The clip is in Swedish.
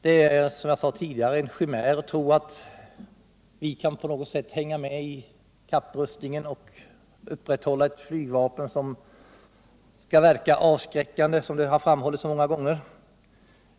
Det är, som jag sade tidigare, en chimär att vi på något sätt skulle kunna hänga med i kapprustningen och upprätthålla ett flygvapen som skall verka avskräckande, vilket har framhållits många gånger.